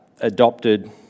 adopted